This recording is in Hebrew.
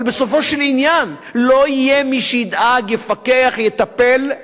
אבל בסופו של עניין לא יהיה מי שידאג, יפקח, יטפל,